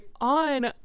on